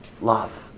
love